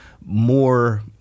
more –